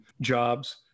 jobs